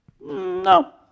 no